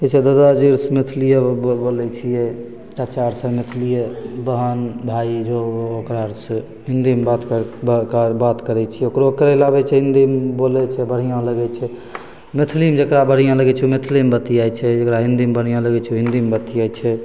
ई छै जे दादाजीसे मैथिलिएमे बोलै छिए चाचा आओरसे मैथिलिए बहिन भाइ जो हो ओकरा आओरसे हिन्दीमे बात कर आओर बात करै छिए ओकरो करै ले हिन्दीमे बोलै छै बढ़िआँ लगै छै मैथिली जकरा बढ़िआँ लगै छै ओ मैथलीमे बतिआइ छै जकरा हिन्दीमे बढ़िआँ लगै छै ओ हिन्दीमे बतिआइ छै